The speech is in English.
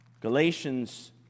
Galatians